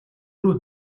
рүү